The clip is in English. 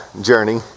journey